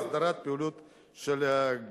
הסדרת פעילות הגנים.